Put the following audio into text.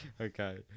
Okay